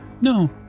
No